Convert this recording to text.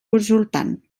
consultant